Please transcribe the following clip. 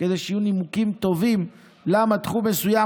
כדי שיהיו נימוקים טובים למה תחום מסוים